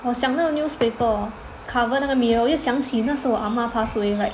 我想那个 newspaper hor cover 那个 mirror 我又想起那时候我的阿嬷 pass away right